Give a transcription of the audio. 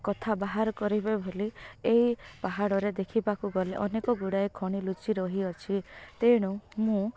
କଥା ବାହାର କରିବେ ବୋଲି ଏଇ ପାହାଡ଼ରେ ଦେଖିବାକୁ ଗଲେ ଅନେକ ଗୁଡ଼ାଏ ଖଣିି ଲୁଚି ରହିଅଛି ତେଣୁ ମୁଁ